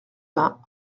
vingts